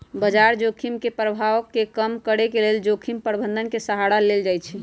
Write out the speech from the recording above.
बजार जोखिम के प्रभाव के कम करेके लेल जोखिम प्रबंधन के सहारा लेल जाइ छइ